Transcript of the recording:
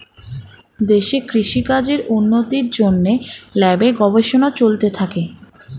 দেশে কৃষি কাজের উন্নতির জন্যে ল্যাবে গবেষণা চলতে থাকে